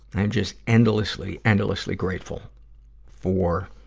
i'm just endlessly, endlessly grateful for,